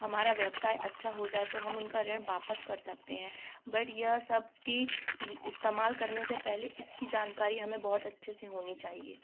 हमारा व्यवसाय अच्छा हो जाए तो हम उनका ऋण वापस कर सकते हैं बट यह सब की इस्तेमाल करने से पहले इसकी जानकारी हमें बहुत अच्छे से होनी चाहिए